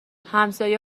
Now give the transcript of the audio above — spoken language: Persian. همسایه